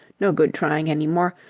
no good trying any more.